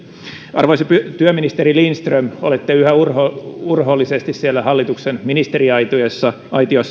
arvoisa työministeri lindström olette yhä urhoollisesti urhoollisesti siellä hallituksen ministeriaitiossa